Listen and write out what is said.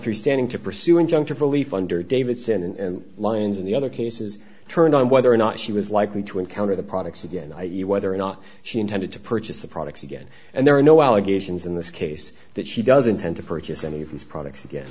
three standing to pursue injunctive relief under davidson and lyons and the other cases turned on whether or not she was likely to encounter the products again i e whether or not she intended to purchase the products again and there are no allegations in this case that she doesn't tend to purchase any of these products again